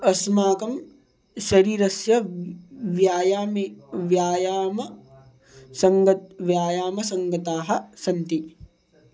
अस्माकं शरीरस्य व्यायामं व्यायामसङ्गतं व्यायामसङ्गताः सन्ति